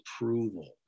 approval